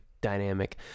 dynamic